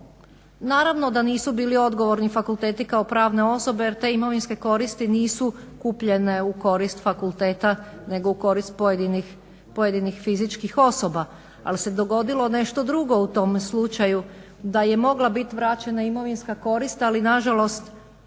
Naravno da nisu bili odgovorni fakulteti kao pravne osobe, jer te imovinske koristi nisu kupljene u korist fakulteta nego u korist pojedinih fizičkih osoba. Ali se dogodilo nešto drugo u tom slučaju, da je mogla biti vraćena imovinska korist, ali na žalost